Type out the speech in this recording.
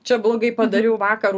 čia blogai padariau vakar